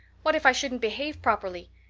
what if i shouldn't behave properly?